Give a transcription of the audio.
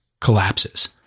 collapses